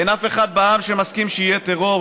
אין אף אחד בעם שמסכים שיהיה טרור,